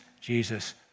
Jesus